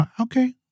Okay